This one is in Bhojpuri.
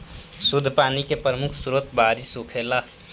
शुद्ध पानी के प्रमुख स्रोत बारिश होखेला